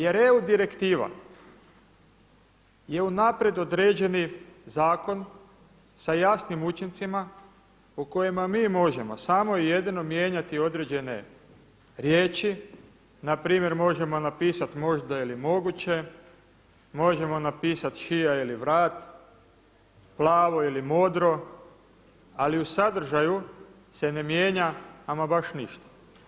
Jer EU direktiva je unaprijed određeni zakon sa jasnim učincima u kojima mi možemo samo i jedino mijenjati određene riječi, npr. možemo napisati možda ili moguće, možemo napisati šija ili vrat, plavo ili modro ali u sadržaju se ne mijenja ama baš ništa.